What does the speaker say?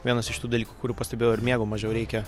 vienas iš tų dalykų kurių pastebėjau ir miego mažiau reikia